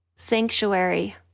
sanctuary